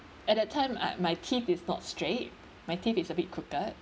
at that time I my teeth is not straight my teeth is a bit crooked